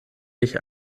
nicht